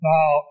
Now